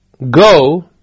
Go